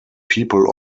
people